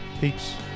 Peace